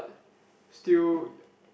still